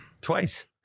twice